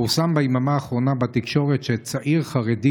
פורסם ביממה האחרונה בתקשורת שצעיר חרדי